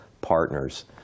partners